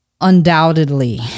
undoubtedly